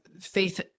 faith